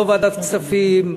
לא ועדת כספים,